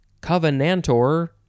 covenantor